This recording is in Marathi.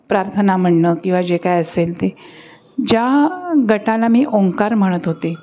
प्रार्थना म्हणणं किंवा जे काय असेल ते ज्या गटाला मी ओंकार म्हणत होते